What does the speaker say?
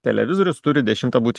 televizorius turi dešimtą būt